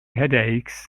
headaches